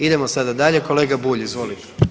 Idemo sada dalje, kolega Bulj, izvolite.